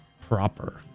proper